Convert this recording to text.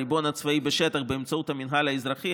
ידי הריבון הצבאי בשטח באמצעות המינהל האזרחי,